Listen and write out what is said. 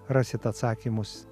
rasit atsakymus